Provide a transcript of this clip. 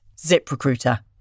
ZipRecruiter